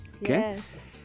Yes